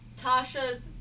Tasha's